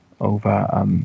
over